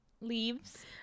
leaves